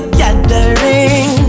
gathering